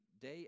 day